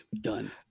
Done